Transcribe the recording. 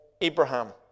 Abraham